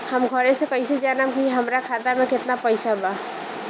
हम घरे से कैसे जानम की हमरा खाता मे केतना पैसा बा?